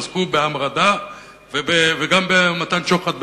שיעסקו בהמרדה וגם במתן שוחד,